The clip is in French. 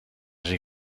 j’ai